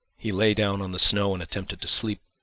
he lay down on the snow and attempted to sleep,